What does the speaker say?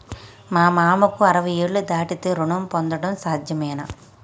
మా మామకు అరవై ఏళ్లు దాటితే రుణం పొందడం సాధ్యమేనా?